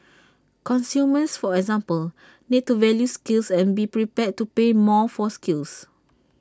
consumers for example need to value skills and be prepared to pay more for skills